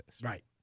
Right